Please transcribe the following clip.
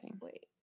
wait